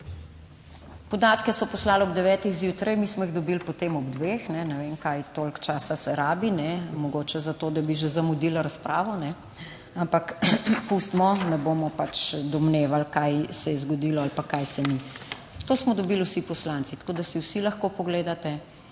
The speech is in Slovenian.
Podatke so poslali ob devetih zjutraj, mi smo jih dobili potem ob dveh. Ne vem, kaj toliko časa se rabi - mogoče za to, da bi že zamudili razpravo. Ampak pustimo, ne bomo pač domnevali, kaj se je zgodilo ali pa kaj se ni. To smo dobili vsi poslanci, tako da si vsi lahko pogledate.